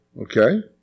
Okay